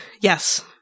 Yes